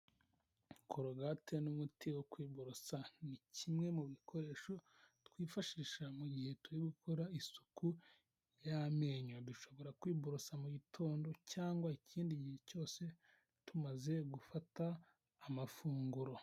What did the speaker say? Korogate n'umuti wo kwiborosa ni kimwe mu bikoresho twifashisha mu gihe turi gukora isuku y'amenyo, dushobora kwiborosa mu gitondo cyangwa ikindi gihe cyose tumaze gufata amafunguro.